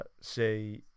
say